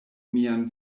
mian